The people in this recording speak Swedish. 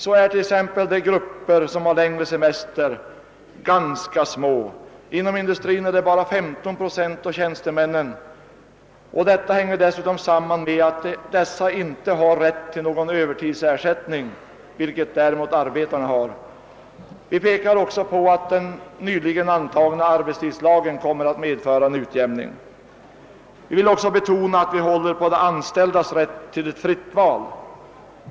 Så är t.ex. de grupper som har längre semester ganska små. Inom industrin är det bara 15 procent av tjänstemännen som har längre semester, och detta hänger dessutom samman med att denna grupp inte har rätt till någon övertidsersättning, vilket däremot arbetarna har. I reservationen påpekar vi också att den nyligen antagna arbetstidslagen kommer att medföra en utjämning. Vi vill också betona att vi håller på de anställdas rätt till ett fritt val.